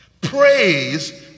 Praise